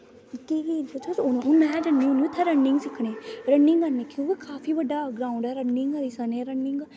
कि में जन्नी होन्नी उत्थै रनिंग सिक्खने गी रनिंग करनी होन्नी काफी बड्डा ग्राउंड ऐ